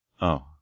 Oh